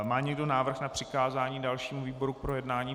Má někdo návrh na přikázání dalšímu výboru k projednání?